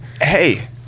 hey